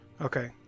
Okay